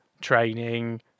training